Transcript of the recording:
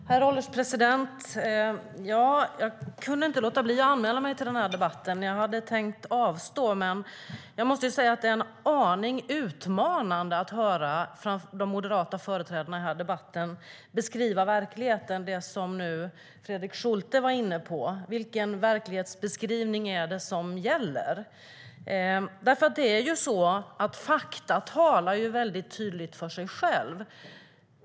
Det är ju så att fakta talar väldigt tydligt för sig själva.